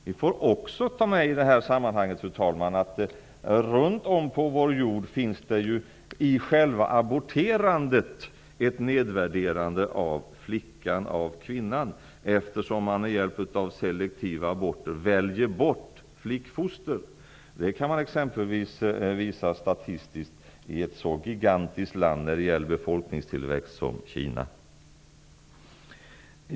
Vi får också komma ihåg i det här sammanhanget, fru talman, att själva aborterandet i vissa delar av vår jord innebär ett nedvärderande av flickan, av kvinnan, eftersom man med hjälp av selektiva aborter väljer bort flickfoster. Det kan man exempelvis visa statistiskt i ett så gigantiskt land som Kina.